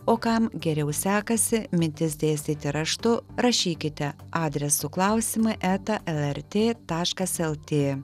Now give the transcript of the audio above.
o kam geriau sekasi mintis dėstyti raštu rašykite adresu klausimai eta lrt taškas lt